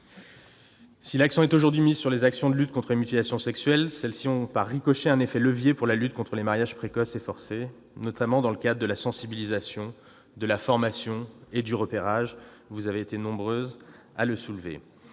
Si l'accent est aujourd'hui mis sur les actions de lutte contre les mutilations sexuelles, celles-ci ont, par ricochet, un effet levier pour lutter contre les mariages précoces et forcés, notamment dans le cadre de la sensibilisation, de la formation et du repérage. Vous avez été nombreuses à soulever